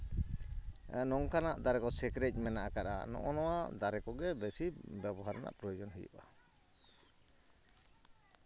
ᱱᱚᱝᱠᱟᱱᱟᱜ ᱫᱟᱨᱮ ᱠᱚ ᱥᱮᱠᱨᱮᱡ ᱢᱮᱱᱟᱜ ᱠᱟᱜᱼᱟ ᱦᱚᱸᱜᱼᱚᱭ ᱱᱚᱣᱟ ᱫᱟᱨᱮ ᱠᱚᱜᱮ ᱵᱮᱥᱤ ᱵᱮᱵᱚᱦᱟᱨ ᱨᱮᱱᱟᱜ ᱯᱨᱚᱭᱳᱡᱚᱱ ᱦᱩᱭᱩᱜᱼᱟ